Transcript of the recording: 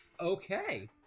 Okay